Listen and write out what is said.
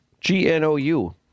G-N-O-U